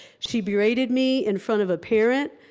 she berated me in front of a parent,